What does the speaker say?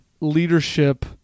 leadership